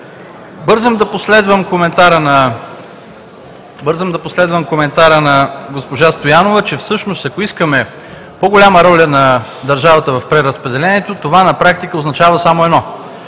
Бързам да последвам коментара на госпожа Стоянова, че всъщност, ако искаме по-голяма роля на държавата в преразпределението, това на практика означава само едно